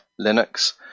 Linux